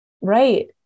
Right